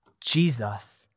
Jesus